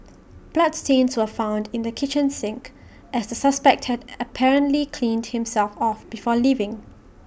bloodstains were found in the kitchen sink as the suspect had apparently cleaned himself off before leaving